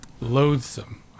loathsome